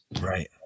Right